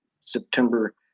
September